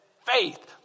faith